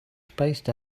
spaced